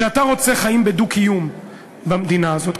שאתה רוצה חיים בדו-קיום במדינה הזאת.